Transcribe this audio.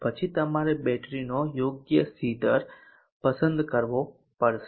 પછી તમારે બેટરીનો યોગ્ય C દર પસંદ કરવો પડશે